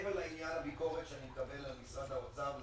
מעבר לעניין הביקורת שאני מקבל על משרד האוצר,